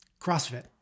CrossFit